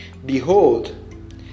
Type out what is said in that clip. Behold